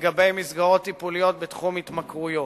לגבי מסגרות טיפוליות בתחום התמכרויות.